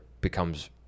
becomes